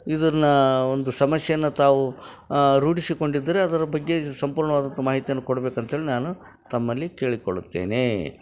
ಇದನ್ನು ಒಂದು ಸಮಸ್ಯೆಯನ್ನ ತಾವು ರೂಢಿಸಿಕೊಂಡಿದ್ದರೆ ಅದರ ಬಗ್ಗೆ ಇದು ಸಂಪೂರ್ಣವಾದಂಥ ಮಾಹಿತಿಯನ್ನು ಕೊಡಬೇಕಂತ ಹೇಳಿ ನಾನು ತಮ್ಮಲ್ಲಿ ಕೇಳಿಕೊಳ್ಳುತ್ತೇನೆ